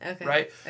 right